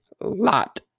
lot